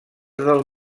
del